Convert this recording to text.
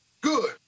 good